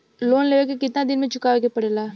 Loan लेवे के कितना दिन मे चुकावे के पड़ेला?